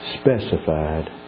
specified